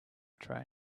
train